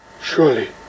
Surely